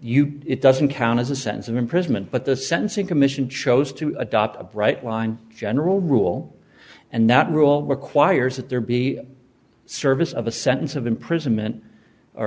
you it doesn't count as a sense of imprisonment but the sentencing commission chose to adopt a bright line general rule and that rule requires that there be a service of a sentence of imprisonment or